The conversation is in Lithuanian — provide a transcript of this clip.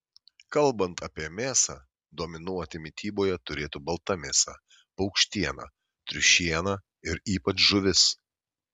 kalbant apie mėsą dominuoti mityboje turėtų balta mėsa paukštiena triušiena ir ypač žuvis